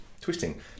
twisting